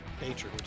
nature